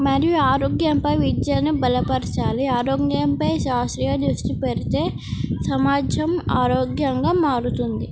మరియు ఆరోగ్యంపై విద్యను బలపరచాలి ఆరోగ్యంపై శాస్త్రీయ దృష్టి పెడితే సమాజం ఆరోగ్యంగా మారుతుంది